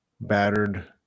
battered